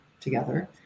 together